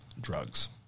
Drugs